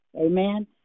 Amen